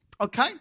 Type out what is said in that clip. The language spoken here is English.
Okay